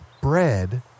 bread